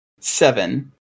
Seven